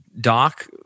Doc